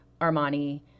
Armani